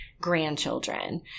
grandchildren